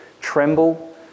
Tremble